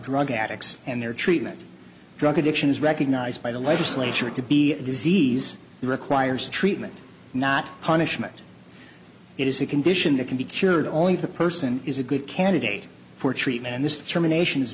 drug addicts and their treatment drug addiction is recognized by the legislature to be a disease requires treatment not punishment it is a condition that can be cured only if the person is a good candidate for treatment and this determination is